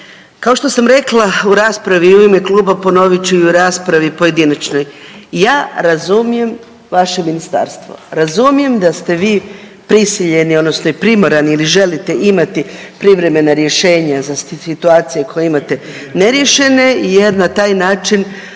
Kao što sam rekla u raspravi u ime kluba ponovit ću i u raspravi pojedinačnoj. Ja razumijem vaše ministarstvo, razumijem da ste vi prisiljeni odnosno i primorani ili želite imati privremena rješenja za situacije koje imate neriješene jer na taj način